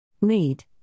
lead